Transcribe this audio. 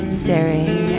staring